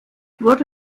wurde